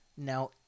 Now